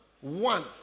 One